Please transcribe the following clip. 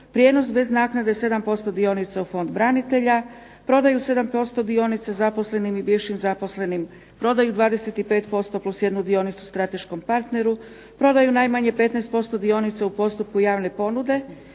prijenos bez naknade 7% dionica u Fond branitelja, prodaju 7% dionica zaposlenim i bivšim zaposlenih, prodaju 25%+1 dionicu strateškom partneru, prodaju najmanje 15% dionica u postupku javne ponude,